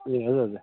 ए हजुर हजुर